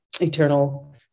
eternal